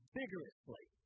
vigorously